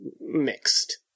mixed